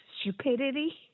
stupidity